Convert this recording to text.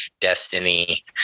Destiny